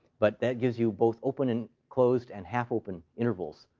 but that gives you both open and closed and half-open intervals,